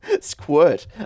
squirt